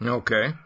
okay